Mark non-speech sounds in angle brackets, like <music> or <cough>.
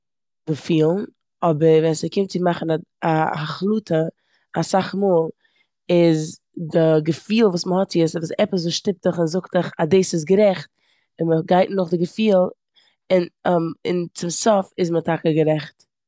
געפילן- אבער ווען ס'קומט צו מאכן א ד- א החלטה אסאך מאל איז די געפיל וואס מ'האט צי איז וואס עפעס שטופט דיך און זאגט דיך אז דאס איז גערעכט און מ'גייט נאך די געפיל און- <hesitation> און צום סוף איז מען טאקע גערעכט.